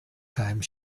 time